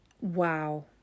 Wow